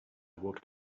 walked